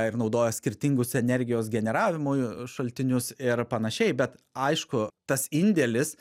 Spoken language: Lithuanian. ir naudoja skirtingus energijos generavimui šaltinius ir panašiai bet aišku tas indėlis